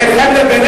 זה רוטציה עם ליצמן.